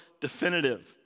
definitive